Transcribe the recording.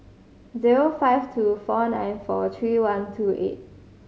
zero five two four nine four three one two eight